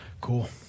Cool